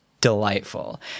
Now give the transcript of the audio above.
delightful